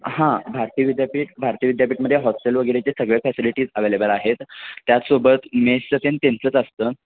हां भारतीय विद्यापीठ भारतीय विद्यापीठमध्ये हॉस्टेल वगैरेचे सगळ्या फॅसिलिटीज अवेलेबल आहेत त्याचसोबत मेस त्यांचच असतं